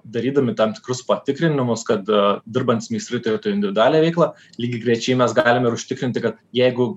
darydami tam tikrus patikrinimus kad dirbantys meistrai turėtų individualią veiklą lygiagrečiai mes galim ir užtikrinti kad jeigu